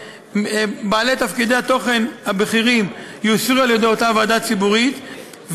בעלי תפקידי התוכן הבכירים יאושרו על ידי אותה ועדה ציבורית,